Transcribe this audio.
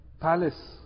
palace